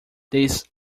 this